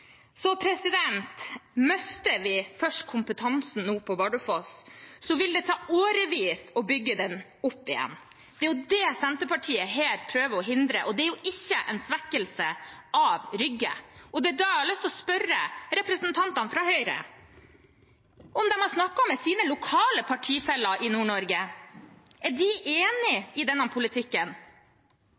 vi først mister kompetansen på Bardufoss, vil det ta årevis å bygge den opp igjen. Det er det Senterpartiet her prøver å hindre, og det er ikke en svekkelse av Rygge. Det er da jeg har lyst til å spørre representantene fra Høyre om de har snakket med sine lokale partifeller i Nord-Norge. Er de enig i denne politikken?